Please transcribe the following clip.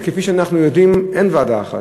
וכפי שאנחנו יודעים, אין ועדה אחת.